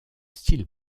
style